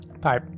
bye